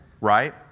right